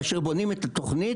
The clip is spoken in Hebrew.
כאשר בונים את התוכנית,